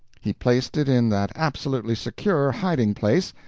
he placed it in that absolutely secure hiding-place,